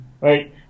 right